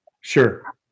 Sure